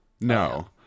no